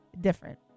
different